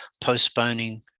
postponing